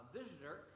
visitor